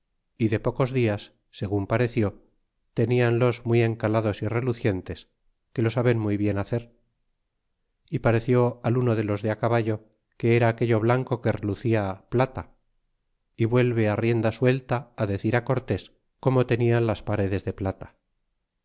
y de pocos dios segun pareció tenianlos muy encalados y relucientes que lo saben muy bien hacer y pareció al uno de los de caballo que era aquello blanco que retada plata y vuelve rienda suelta decir cortés como tenian las paredes de plata